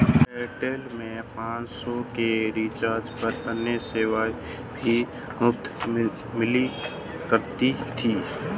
Airtel में पाँच सौ के रिचार्ज पर अन्य सेवाएं भी मुफ़्त मिला करती थी